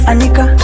Anika